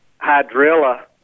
hydrilla